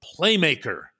Playmaker